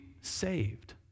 saved